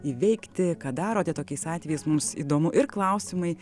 įveikti ką darote tokiais atvejais mums įdomu ir klausimai